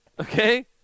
okay